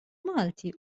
malti